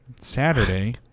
Saturday